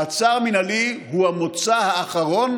מעצר מינהלי הוא המוצא האחרון